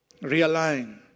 Realign